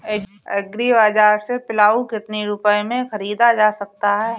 Agree बाजार से पिलाऊ कितनी रुपये में ख़रीदा जा सकता है?